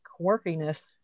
quirkiness